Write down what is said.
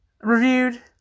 reviewed